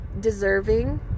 deserving